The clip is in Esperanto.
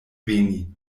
veni